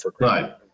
right